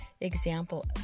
example